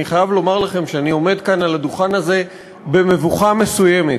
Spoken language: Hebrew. אני חייב לומר לכם שאני עומד כאן על הדוכן הזה במבוכה מסוימת,